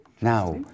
Now